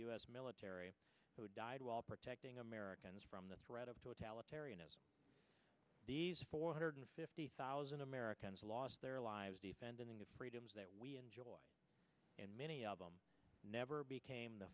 us military who died while protecting americans from the threat of totalitarianism four hundred fifty thousand americans lost their lives defending the freedoms that we enjoy and many of them never became the